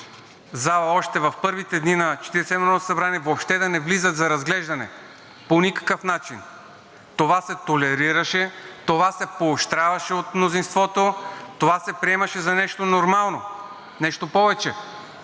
и седмото народно събрание, въобще да не влизат за разглеждане по никакъв начин. Това се толерираше, това се поощряваше от мнозинството, това се приемаше за нещо нормално. Нещо повече,